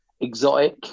exotic